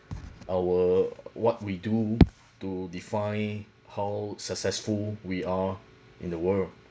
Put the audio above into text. our what we do to define how successful we are in the world